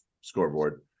scoreboard